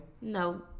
No